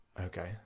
Okay